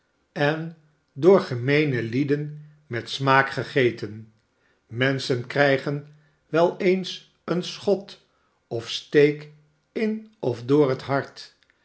en door gemeene lieden met smaak gegeten menschen krijgen wel eens een schot of steek in of door het hart